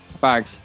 bag